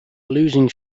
losing